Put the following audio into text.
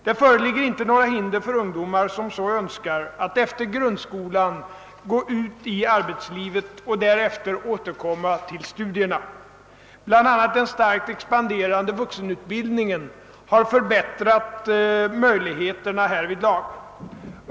Det föreligger inte några hinder för ungdomar som så önskar att efter grundskolan gå ut i arbetslivet och därefter återkomma till studierna. BI a. den starkt expanderande vuxenutbildningen har förbättrat möjligheterna härvidlag.